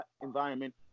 environment